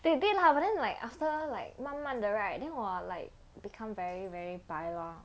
then 对 lah but then like after like 慢慢的 right then 我 like become very very 白 lor